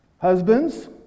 Husbands